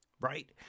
Right